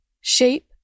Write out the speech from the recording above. shape